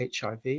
HIV